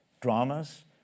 dramas